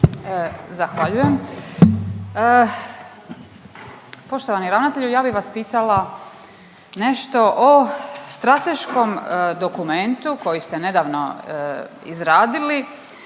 Zahvaljujem. Poštovani ravnatelju ja bi vas pitala nešto o strateškom dokumentu koji ste nedavno izradili